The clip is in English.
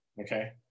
okay